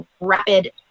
rapid